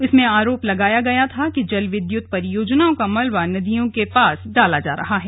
इसमें आरोप लगाया गया था कि जल विद्युत परियोजनाओं का मलबा नदियों के पास डाला जा रहा है